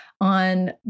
on